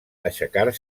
aixecar